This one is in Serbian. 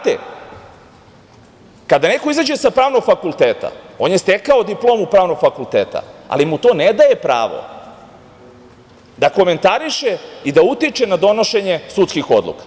Kada neko izađe sa Pravnog fakulteta, on je stekao diplomu Pravnog fakulteta, ali mu to ne daje pravo da komentariše i da utiče na donošenje sudskih odluka.